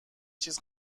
چیز